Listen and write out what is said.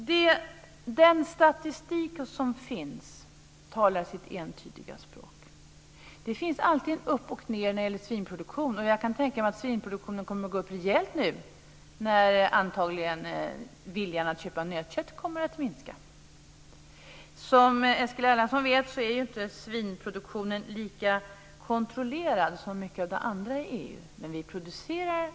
Fru talman! Den statistik som finns talar sitt entydiga språk. Det finns alltid ett upp och ned när det gäller svinproduktionen, och jag tänka mig att svinproduktionen kommer att gå upp rejält nu när antagligen viljan att köpa nötkött kommer att minska. Som Eskil Erlandsson vet är inte svinproduktionen lika kontrollerad som mycket annat inom EU.